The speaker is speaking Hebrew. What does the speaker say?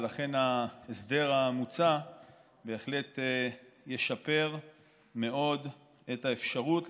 ולכן ההסדר המוצע בהחלט ישפר מאוד את האפשרות,